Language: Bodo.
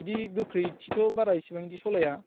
बिदि गोख्रैथिथ' बारा एसेबां बिदि सालाया